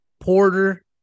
Porter